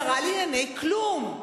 שרה לענייני כלום,